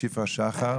שפרה שחר